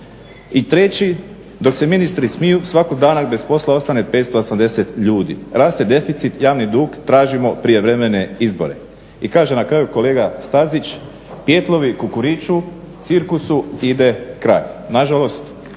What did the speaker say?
I treći. Dok se ministri smiju svakog dana bez posla ostane 580 ljudi. Raste deficit, javni dug, tražimo prijevremene izbore. I kaže na kraju kolega Stazić "Pijetlovi kukuriču, cirkusu ide kraj." Na žalost